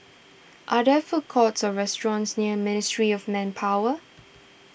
are there food courts or restaurants near Ministry of Manpower